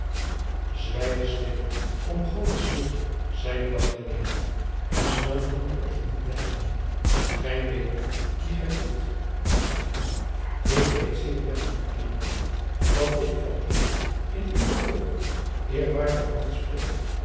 zwijg stil om godes wil zeide magdalena hem snel de hand op den mond leggende gij weet niet wien gij vloekt ik weet zeer wel hernam hij dat ik van eenen in uwe oogen eerwaardigen man spreek